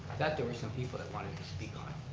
that there was some people that wanted to speak on it.